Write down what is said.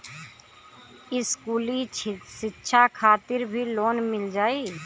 इस्कुली शिक्षा खातिर भी लोन मिल जाई?